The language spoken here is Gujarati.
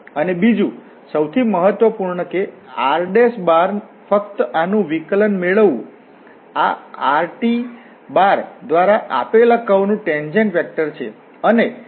અને બીજું સૌથી મહત્વપૂર્ણ કે r ફક્ત આનું વિકલન મેળવવું આ r દ્વારા આપેલા કર્વ નું ટેન્જેન્ટ વેક્ટર છે